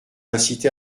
incité